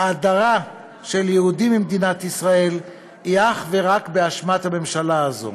ההדרה של יהודים ממדינת ישראל היא אך ורק באשמת הממשלה הזאת: